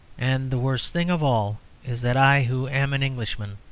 and the worst thing of all is that i, who am an englishman,